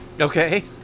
okay